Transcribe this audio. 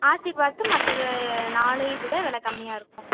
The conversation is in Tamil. ஆஷிர்வாத்து மற்றது நாலையும் விட வில கம்மியாக இருக்கும்